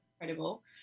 incredible